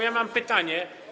Ja mam pytanie.